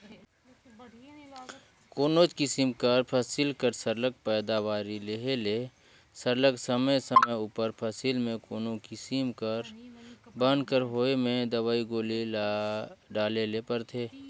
कोनोच किसिम कर फसिल कर सरलग पएदावारी लेहे ले सरलग समे समे उपर फसिल में कोनो किसिम कर बन कर होए में दवई गोली डाले ले परथे